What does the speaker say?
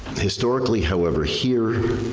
historically, however, here,